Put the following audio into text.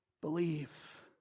believe